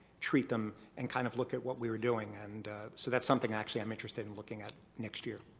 treat them and kind of look at what we were doing and so that's something actually i'm interested in looking at next year.